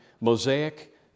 Mosaic